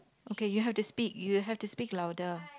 okay you have to speak you'll have to speak louder